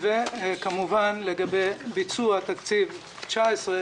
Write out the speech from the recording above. וכמובן לגבי ביצוע תקציב 2019,